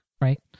right